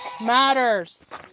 matters